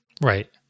Right